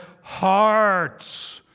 hearts